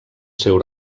seu